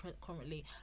currently